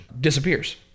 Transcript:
disappears